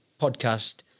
podcast